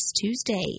Tuesday